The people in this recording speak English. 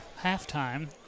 halftime